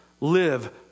live